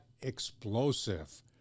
explosive